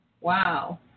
Wow